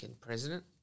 president